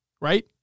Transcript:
right